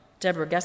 Deborah